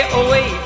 away